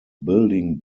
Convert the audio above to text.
building